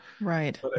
Right